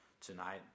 tonight